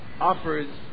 offers